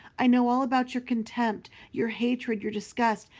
i know all about your contempt, your hatred, your disgust.